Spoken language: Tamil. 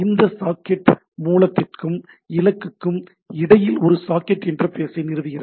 இந்த சாக்கெட் மூலத்திற்கும் இலக்குக்கும் இடையில் ஒரு சாக்கெட் இன்டர்ஃபேஸை நிறுவுகிறது